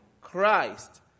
Christ